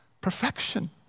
perfection